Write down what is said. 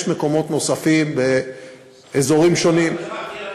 יש מקומות נוספים ואזורים שונים, מה עם קריית-גת?